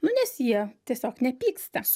nu nes jie tiesiog nepyksta